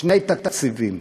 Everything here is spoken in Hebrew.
שני תקציבים.